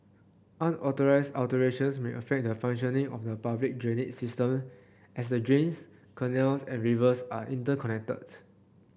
unauthorised alterations may affect the functioning of the public drainage system as the drains canals and rivers are interconnected